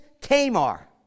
Tamar